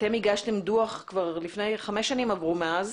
אתם הגשתם דוח כבר לפני חמש שנים, ב-2015,